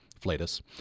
Flatus